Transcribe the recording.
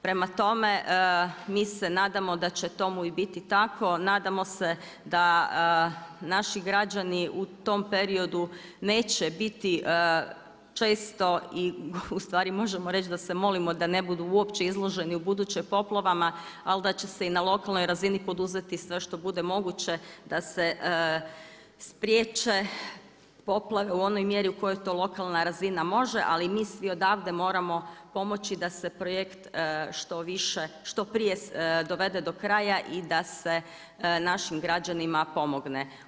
Prema tome, mi se nadamo da će tomu biti i tako, nadamo se da naši građani u tom periodu neće biti često i ustvari možemo reći da se molimo da ne budu uopće izloženi u buduće poplavama ali da će se i na lokalnoj razini poduzeti sve što bude moguće da se spriječe poplave u onoj mjeri u kojoj to lokalna razina može, ali i mi svi odavde moramo pomoći da se projekt što prije dovede do kraja i da se našim građanima pomogne.